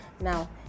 now